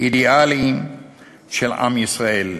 אידיאלי של עם ישראל.